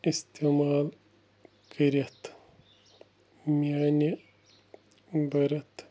استعمال کٔرِتھ میانہِ بٔرٕتھ